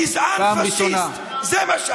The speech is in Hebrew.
גזען פשיסט, זה מה שאתה.